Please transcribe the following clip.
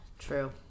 True